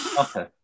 Okay